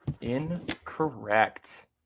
Incorrect